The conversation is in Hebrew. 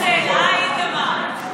אבל אף אחד לא מתנצל, אה, איתמר?